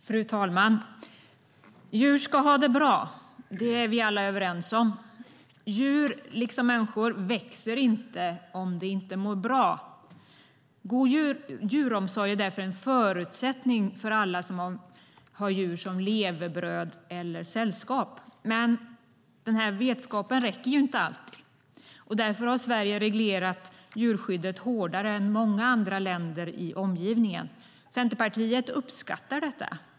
Fru talman! Djur ska ha det bra. Det är vi alla överens om. Djur liksom människor växer inte om de inte mår bra. God djuromsorg är därför en förutsättning för alla som har djur som levebröd eller sällskap. Men denna vetskap räcker inte alltid. Därför har Sverige reglerat djurskyddet hårdare än många andra länder i omgivningen. Centerpartiet uppskattar detta.